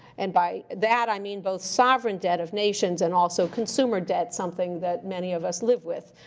and by that, i mean both sovereign debt of nations and also consumer debt, something that many of us live with.